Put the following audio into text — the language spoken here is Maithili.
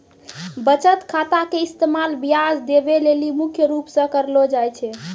बचत खाता के इस्तेमाल ब्याज देवै लेली मुख्य रूप से करलो जाय छै